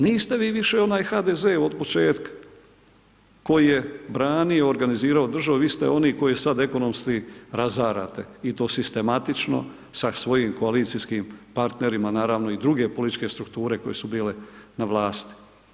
Niste vi više onaj HDZ od početka, koji je branio, organizirao državu, vi ste oni koji sad ekonomski razarate i to sistematično, sa svojim koalicijskim partnerima, naravno i druge političke strukture koje su bile na vlasti.